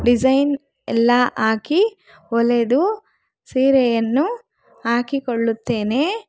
design ಎಲ್ಲ ಹಾಕಿ ಹೊಲೆದು ಸೀರೆಯನ್ನು ಹಾಕಿಕೊಳ್ಳುತ್ತೇನೆ